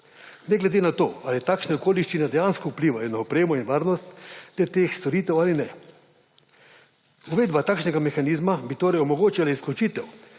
ne glede na to, ali takšne okoliščine dejansko vplivajo na opremo in varnost do teh storitev ali ne. Uvedba takšnega mehanizma bi omogočala izključitev